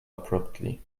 abruptly